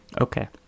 Okay